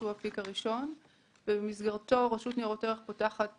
שהוא האפיק הראשון שבמסגרתו רשות ניירות ערך פותחת